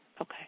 Okay